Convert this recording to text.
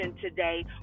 today